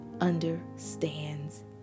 understands